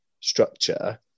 structure